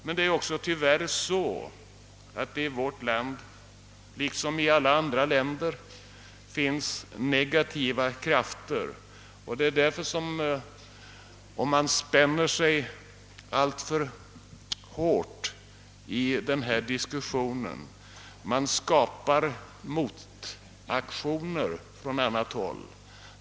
Men det är tyvärr också så, att det i vårt land, liksom i alla andra länder, finns negativa krafter, och det är därför som man, om man spänner sig alltför hårt i denna diskussion, skapar motaktioner från annat håll.